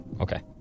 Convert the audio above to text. Okay